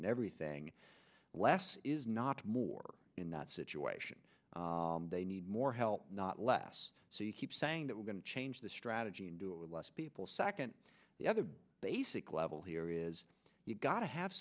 and everything less is not more in that situation they need more help not less so you keep saying that we're going to change the strategy and do it with less people second the other basic level here is you've got to have